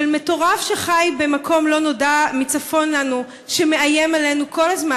של מטורף שחי במקום לא נודע מצפון לנו ומאיים עלינו כל הזמן,